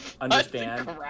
understand